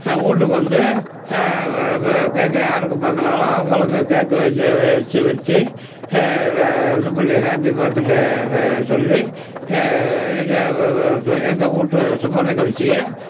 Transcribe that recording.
வீட்டுக்கு வந்து கேக்கு யாருக்கு பிறந்த நாளோ அவங்களுக்கு கேக்கு வச்ச வச்சு வச்சு இது பண்ணி ஹாப்பி பர்த்து டேவை சொல்லி எங்கள் எங்கள் வீட்டு சுப நிகழ்ச்சிய